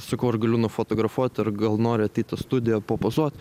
sakau ar galiu nufotografuot ar gal nori ateit į studiją papozuot